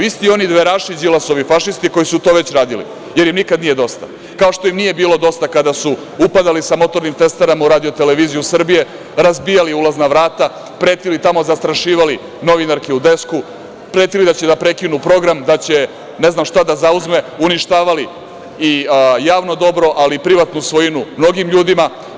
Isti oni dveraši, Đilasovi fašisti koji su to već radili, jer im nikad nije dosta, kao što im nije bilo dosta kada su upadali sa motornim testerama u RTS, razbijali ulazna vrata, pretili tamo, zastrašivali novinarke, pretili da će da prekinu program, da će ne znam šta da zauzme, uništavali javno dobro, ali i privatnu svojinu mnogim ljudima.